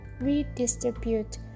redistribute